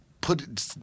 put